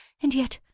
and yet,